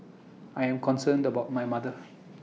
I am concerned about my mother